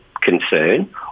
concern